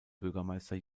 bürgermeister